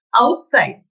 outside